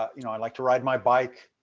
you know, i like to ride my bike.